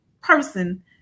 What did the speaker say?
person